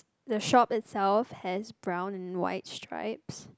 the shop itself has brown and white strips